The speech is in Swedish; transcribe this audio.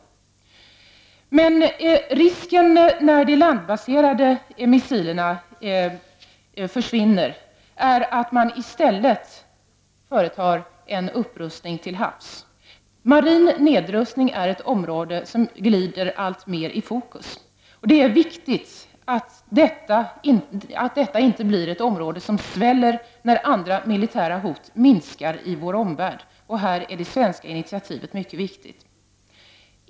Risken finns dock att man, när de landbaserade missilerna försvinner, i stället företar en upprustning till havs. Marin nedrustning är därför ett område som alltmer glider in i fokus. Det är viktigt att inte detta område sväller när andra militära hot i vår omvärld minskar. Här är det svenska initiativet mycket viktigt.